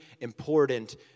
important